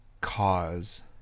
Cause